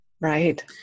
Right